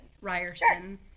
Ryerson